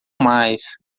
mais